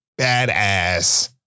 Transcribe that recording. badass